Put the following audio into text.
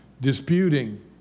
disputing